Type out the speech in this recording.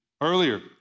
earlier